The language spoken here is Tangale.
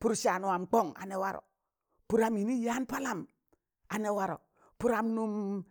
Pụrụ san wam kong anị wọrọ, pụdam yịnị wa yaan palam anị war pụram mụn